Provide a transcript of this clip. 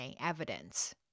evidence